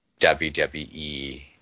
WWE